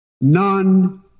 None